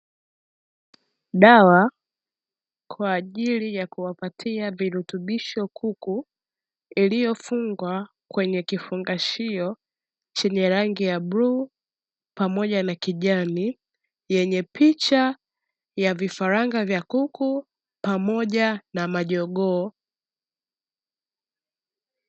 Dawa kwa ajili ya kuwapatia virutubisho kuku, iliyofungwa kwenye kifungashio chenye rangi ya bluu pamoja na kijani, yenye picha ya vifaranga vya kuku pamoja na majogoo.